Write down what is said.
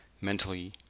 mentally